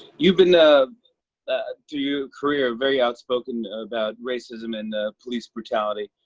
you've been, ah ah through your career, very outspoken about racism and police brutality.